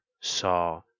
saw